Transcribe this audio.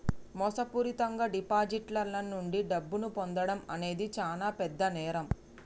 మోసపూరితంగా డిపాజిటర్ల నుండి డబ్బును పొందడం అనేది చానా పెద్ద నేరం